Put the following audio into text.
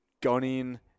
gunning